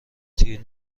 تیر